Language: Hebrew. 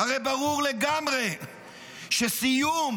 הרי ברור לגמרי שסיום